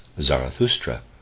Zarathustra